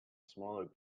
smaller